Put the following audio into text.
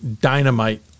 dynamite